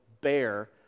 bear